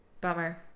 Bummer